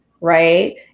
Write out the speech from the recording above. Right